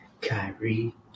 Kyrie